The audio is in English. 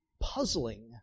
puzzling